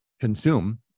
consume